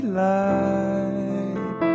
light